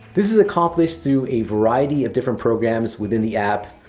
this is accomplished through a variety of different programs within the app.